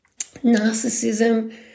narcissism